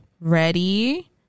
Ready